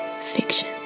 fiction